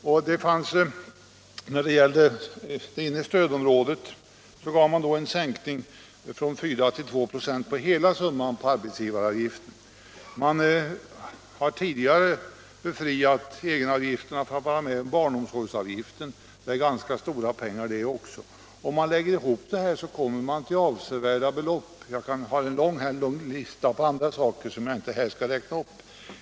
När det gäller det inre stödområdet införde man en sänkning från 4 till 2 96 på hela summan av arbetsgivaravgiften, utöver undantaget för egenavgifterna. Ett annat exempel är barnomsorgsavgiften — det rör sig om ganska stora belopp även här. Om man lägger ihop detta kommer man fram till avsevärda belopp. Jag har en lång lista med andra exempel på denna typ av förmåner som jag här inte skall räkna upp.